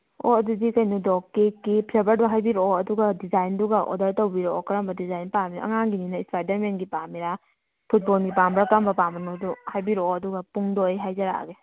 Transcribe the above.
ꯑꯣ ꯑꯗꯨꯗꯤ ꯀꯩꯅꯣꯗꯣ ꯀꯦꯛꯀꯤ ꯐ꯭ꯂꯦꯚꯔꯗꯣ ꯍꯥꯏꯕꯤꯔꯛꯑꯣ ꯑꯗꯨꯒ ꯗꯤꯖꯥꯏꯟꯗꯨꯒ ꯑꯣꯔꯗꯔ ꯇꯧꯕꯤꯔꯛ ꯑꯣ ꯀꯔꯝꯕ ꯗꯤꯖꯥꯏꯟ ꯄꯥꯝꯃꯤꯅꯣ ꯑꯉꯥꯡꯒꯤꯅꯤꯅ ꯏꯁꯄꯥꯏꯗꯔ ꯃꯦꯟꯒꯤ ꯄꯥꯝꯃꯤꯔꯥ ꯐꯨꯠꯕꯣꯜꯒꯤ ꯄꯥꯝꯕ꯭ꯔꯥ ꯀꯔꯝꯕ ꯄꯥꯝꯃꯤꯅꯣꯗꯣ ꯍꯥꯏꯕꯤꯔꯛꯑꯣ ꯑꯗꯨꯒ ꯄꯨꯡꯗꯣ ꯑꯩ ꯍꯥꯏꯖꯔꯛꯑꯒꯦ